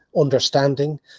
understanding